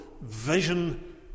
vision